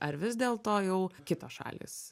ar vis dėlto jau kitos šalys